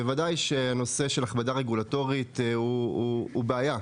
בוודאי שהנושא של הכבדה רגולטורית הוא בעיה.